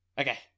Okay